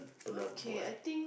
okay I think